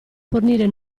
fornire